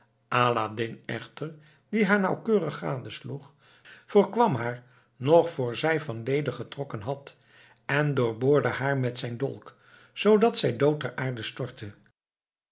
aladdin echter die haar nauwkeurig gadesloeg voorkwam haar nog voor zij van leder getrokken had en doorboorde haar met zijn dolk zoodat zij dood ter aarde stortte